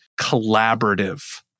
collaborative